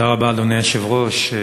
תודה רבה, אדוני היושב-ראש.